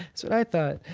so i thought.